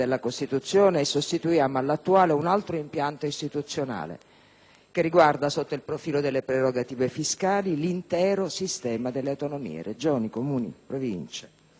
che riguarda sotto il profilo delle prerogative fiscali l'intero sistema delle autonomie (Regioni, Comuni, Province). Abbiamo anche la consapevolezza della parzialità di questa riforma,